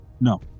No